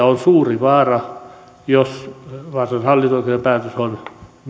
on suuri vaara jos vaasan hallinto oikeuden päätös on